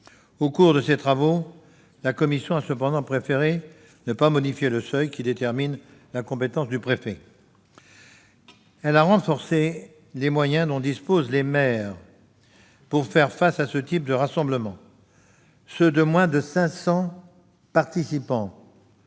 Au cours de ses travaux, la commission a toutefois préféré ne pas modifier le seuil qui détermine la compétence du préfet. Elle a renforcé les moyens dont disposent les maires pour faire face à ce type de rassemblements. Ceux de moins de 500 participants